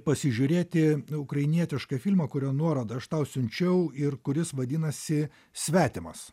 pasižiūrėti ukrainietišką filmą kurio nuorodą aš tau siunčiau ir kuris vadinasi svetimas